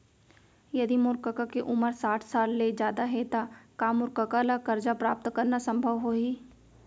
यदि मोर कका के उमर साठ साल ले जादा हे त का मोर कका ला कर्जा प्राप्त करना संभव होही